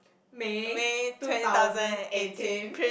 May two thousand eighteen